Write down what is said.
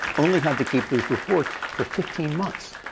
only had to keep these reports for fifteen months.